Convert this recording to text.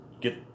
get